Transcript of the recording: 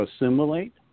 assimilate